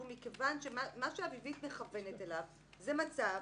מכיוון שמה שאביבית מכוונת אליו זה מצב